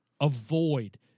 avoid